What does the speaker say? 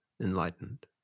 enlightened